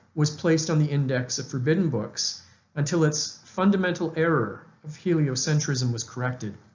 was placed on the index of forbidden books until its fundamental error of heliocentrism was corrected.